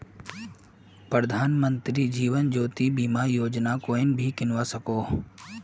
प्रधानमंत्री जीवन ज्योति बीमा योजना कोएन भी किन्वा सकोह